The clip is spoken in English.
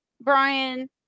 Brian